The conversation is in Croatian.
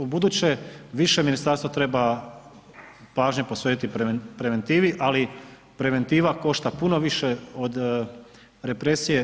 U buduće više ministarstvo treba pažnje posvetiti preventivi, ali preventiva košta puno više od represije.